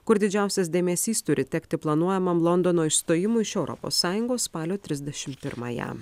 kur didžiausias dėmesys turi tekti planuojamam londono išstojimui iš europos sąjungos spalio trisdešim pirmąją